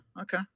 okay